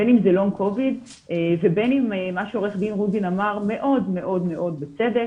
בין אם זה Long covid ובין אם מה שעו"ד רובין אמר מאוד מאוד בצדק.